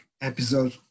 episode